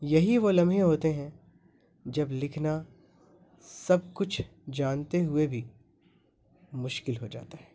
یہی وہ لمحے ہوتے ہیں جب لکھنا سب کچھ جانتے ہوئے بھی مشکل ہو جاتا ہے